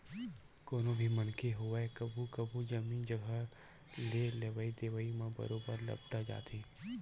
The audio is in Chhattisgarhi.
कोनो भी मनखे होवय कभू कभू जमीन जघा के लेवई देवई म बरोबर लपटा जाथे